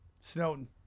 Snowden